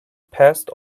passed